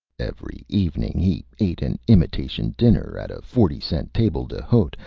every evening he ate an imitation dinner, at a forty-cent table d'hote,